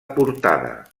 portada